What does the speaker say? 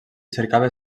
cercava